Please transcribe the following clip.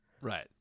Right